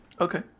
Okay